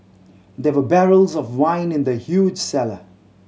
there were barrels of wine in the huge cellar